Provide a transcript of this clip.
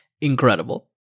Incredible